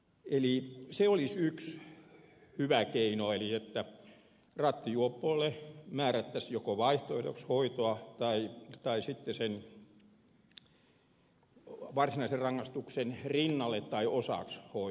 eli yksi hyvä keino olisi se että rattijuopoille määrättäisiin hoitoa joko vaihtoehdoksi tai sitten sen varsinaisen rangaistuksen rinnalle tai osaksi